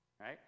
right